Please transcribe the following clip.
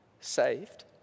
saved